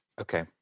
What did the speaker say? Okay